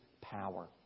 power